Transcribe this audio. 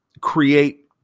create